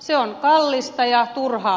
se on kallista ja turhaa